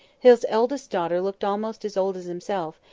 his eldest daughter looked almost as old as himself,